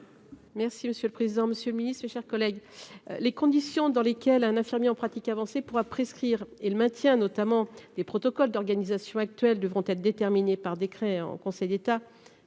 Merci monsieur le président, Monsieur le Ministre, mes chers collègues. Les conditions dans lesquelles un infirmier en pratique avancée pourra prescrire et le maintien notamment des protocoles d'organisation actuelle devront être déterminées par décret en Conseil d'État